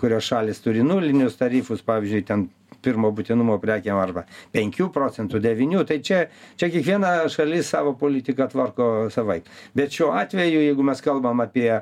kurios šalys turi nulinius tarifus pavyzdžiui ten pirmo būtinumo prekėm arba penkių procentų devynių tai čia čia kiekviena šalis savo politiką tvarko savaip bet šiuo atveju jeigu mes kalbam apie